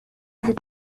the